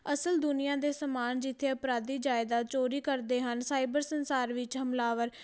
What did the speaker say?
ਅਸਲ ਦੁਨੀਆ ਦੇ ਸਮਾਨ ਜਿੱਥੇ ਅਪਰਾਧੀ ਜਾਇਦਾਦ ਚੋਰੀ ਕਰਦੇ ਹਨ ਸਾਈਬਰ ਸੰਸਾਰ ਵਿੱਚ ਹਮਲਾਵਰ